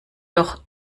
doch